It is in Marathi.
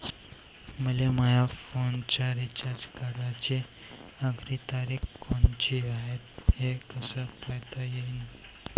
मले माया फोनचा रिचार्ज कराची आखरी तारीख कोनची हाय, हे कस पायता येईन?